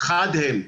חד הן,